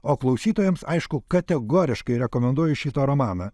o klausytojams aišku kategoriškai rekomenduoju šitą romaną